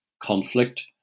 conflict